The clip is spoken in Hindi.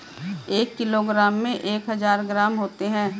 एक किलोग्राम में एक हजार ग्राम होते हैं